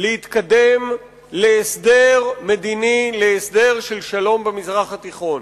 להתקדם להסדר מדיני, להסדר של שלום במזרח התיכון.